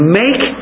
make